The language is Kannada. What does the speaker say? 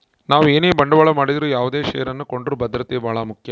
ನಾವು ಏನೇ ಬಂಡವಾಳ ಮಾಡಿದರು ಯಾವುದೇ ಷೇರನ್ನು ಕೊಂಡರೂ ಭದ್ರತೆ ಬಹಳ ಮುಖ್ಯ